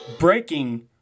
Breaking